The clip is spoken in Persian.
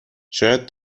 شاید